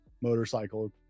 motorcycle